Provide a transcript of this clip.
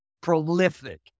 prolific